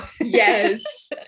yes